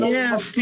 Yes